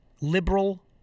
liberal